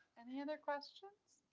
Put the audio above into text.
any other questions?